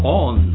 on